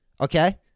Okay